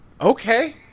Okay